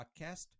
podcast